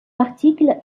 article